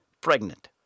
pregnant